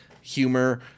humor